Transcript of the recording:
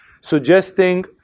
suggesting